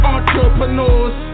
Entrepreneurs